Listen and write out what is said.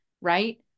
Right